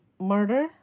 murder